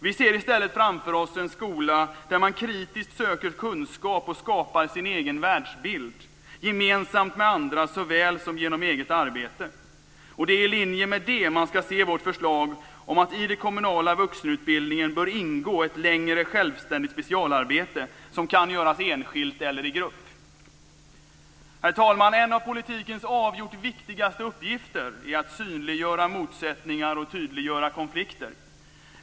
Vi ser i stället framför oss en skola där man kritiskt söker kunskap och skapar sin egen världsbild gemensamt med andra såväl som genom eget arbete. Det är i linje med det man ska se vårt förslag om att i den kommunala vuxenutbildningen bör ingå ett längre självständigt specialarbete som kan göras enskilt eller i grupp. Herr talman! En av politikens avgjort viktigaste uppgifter är att synliggöra motsättningar och tydliggöra konflikter.